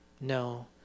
No